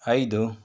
ಐದು